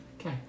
Okay